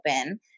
open